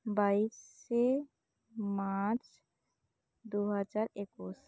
ᱵᱟᱭᱤᱥᱮ ᱢᱟᱨᱪ ᱫᱩ ᱦᱟᱡᱟᱨ ᱮᱠᱩᱥ